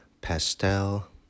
Pastel